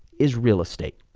is real estate.